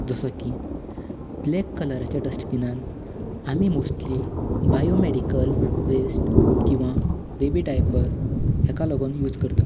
जसो की ब्लॅक कलराच्या डस्टबीनांत आमी मोस्टली बायोमेडिकल वेस्ट किंवा बेबी डायपर हाका लागून यूज करता